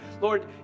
Lord